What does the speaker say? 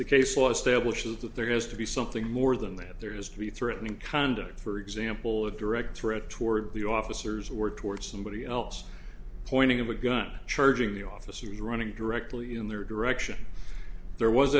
the case was stable shows that there has to be something more than that there is to be threatening conduct for example a direct threat toward the officers were towards somebody else pointing a gun charging the officers running directly in their direction there was